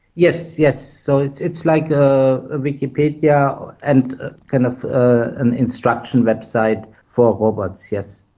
yes, yes. so it's it's like a wikipedia yeah and kind of ah an instruction website for robots, yes.